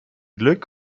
glück